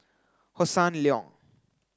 Hossan Leong